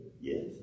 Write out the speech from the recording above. Yes